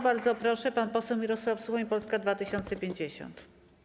Bardzo proszę, pan poseł Mirosław Suchoń, Polska 2050.